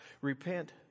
Repent